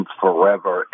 forever